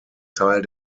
teil